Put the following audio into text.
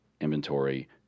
inventory